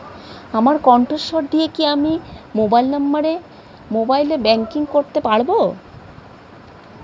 আমার কন্ঠস্বর দিয়ে কি আমি মোবাইলে ব্যাংকিং করতে পারবো?